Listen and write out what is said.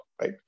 right